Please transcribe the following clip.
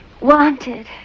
wanted